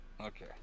Okay